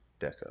deco